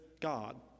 God